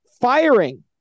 firing